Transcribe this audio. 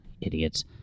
Idiots